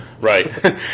Right